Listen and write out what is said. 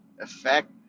effect